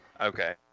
Okay